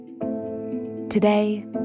Today